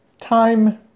time